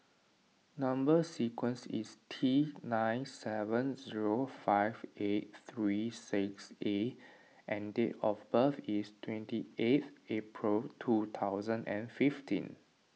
Number Sequence is T nine seven zero five eight three six A and date of birth is twenty eighth April two thousand and fifteen